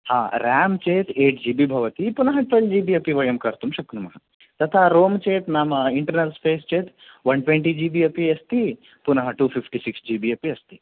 हा रें चेत् eight G B भवति परन्तु ट्वेल् जि बि अपि वयं कर्तुं शक्नुमः तथा रों चेत् नाम इन्टर्नल् स्पेस् चेत् ओन् ट्वेन्टि जि बि अपि अस्ति पुनः two fifty six G B अपि अस्ति